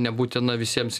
nebūtina visiems